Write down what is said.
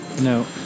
No